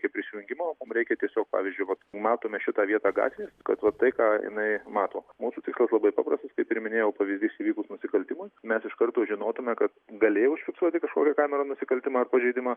kaip prisijungimo mum reikia tiesiog pavyzdžiui vat matome šitą vietą gatvėje kad va tai ką jinai mato mūsų tikslas labai paprastas kaip ir minėjau pavyzdys įvykus nusikaltimui mes iš karto žinotume kad galėjo užfiksuoti kažkokia kamera nusikaltimą ar pažeidimą